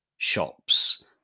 shops